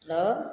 hello